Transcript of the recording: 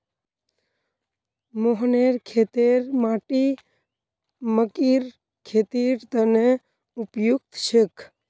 मोहनेर खेतेर माटी मकइर खेतीर तने उपयुक्त छेक